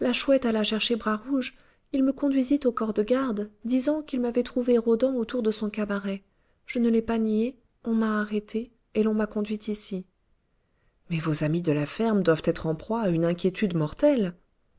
la chouette alla chercher bras rouge il me conduisit au corps de garde disant qu'il m'avait trouvée rôdant autour de son cabaret je ne l'ai pas nié on m'a arrêtée et l'on m'a conduite ici mais vos amis de la ferme doivent être en proie à une inquiétude mortelle